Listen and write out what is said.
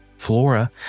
flora